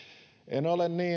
en ole